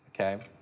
okay